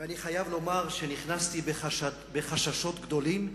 ואני חייב לומר שנכנסתי בחששות גדולים,